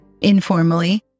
informally